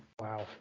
Wow